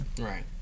Right